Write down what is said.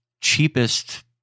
cheapest